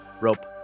rope